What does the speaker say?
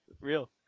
real